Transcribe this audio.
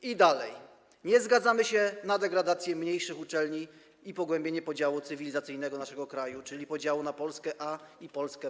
I dalej: Nie zgadzamy się na degradację mniejszych uczelni i pogłębienie podziału cywilizacyjnego naszego kraju, czyli podziału na Polskę A i Polskę B.